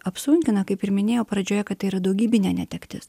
apsunkina kaip ir minėjau pradžioje kad tai yra daugybinė netektis